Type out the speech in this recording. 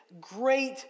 great